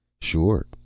Sure